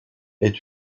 est